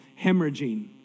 hemorrhaging